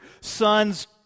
son's